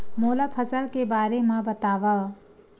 मोला फसल के बारे म बतावव?